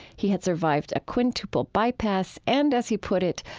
he had survived a quintuple bypass, and as he put it,